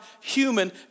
human